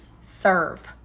serve